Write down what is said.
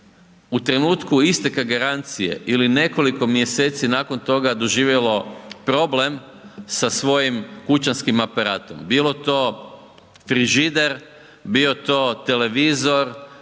u trenutku isteka garancije ili nekoliko mjeseci nakon toga doživjelo problem sa svojim kućanskim aparatom, bilo to frižider, bio to televizor,